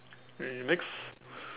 okay next